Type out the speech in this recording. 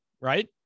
right